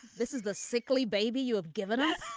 this is the sickly baby you have given us.